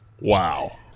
Wow